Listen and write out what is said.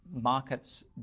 markets